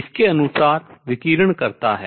इसके अनुसार विकिरण करता है